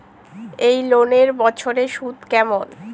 এই লোনের বছরে সুদ কেমন?